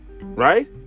Right